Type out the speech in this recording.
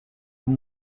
این